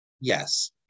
yes